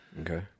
Okay